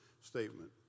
statement